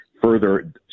further